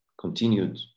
continued